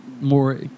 more